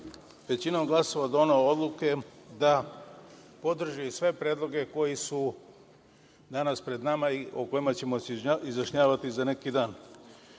većinom glasova doneo odluke da podrži sve predloge koji su danas pred nama i o kojima ćemo se izjašnjavati za neki